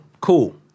cool